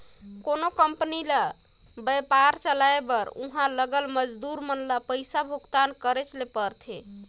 कोनो कंपनी ल बयपार चलाए बर उहां लगल मजदूर मन ल पइसा भुगतान करेच ले परथे